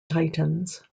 titans